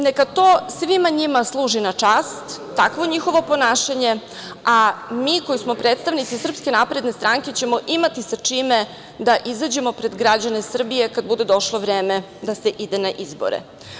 Neka to svima njima služi na čast, takvo njihovo ponašanje, a mi koji smo predstavnici SNS ćemo imati sa čime da izađemo pred građane Srbije kad bude došlo vreme da se ide na izbore.